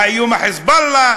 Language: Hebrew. איום ה"חיזבאללה",